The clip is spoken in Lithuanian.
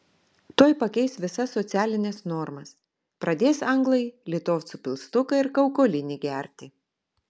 tuoj pakeis visas socialines normas pradės anglai litovcų pilstuką ir kaukolinį gerti